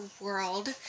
world